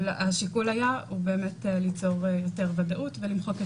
השיקול היה ליצור יותר ודאות ולמחוק את